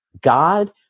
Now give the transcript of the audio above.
God